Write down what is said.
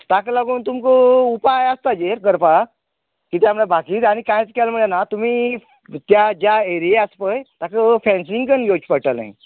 ताका लागून तुमकां उपाय आसा ताजेर करपा किद्या म्हणल्यार बाकी आनी कांयच केले म्हण जायना तुमी त्या ज्या एरिये आस पळय ताका फेनसनींग करून घेवचे पडटले